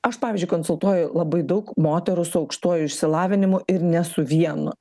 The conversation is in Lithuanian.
aš pavyzdžiui konsultuoju labai daug moterų su aukštuoju išsilavinimu ir ne su vienu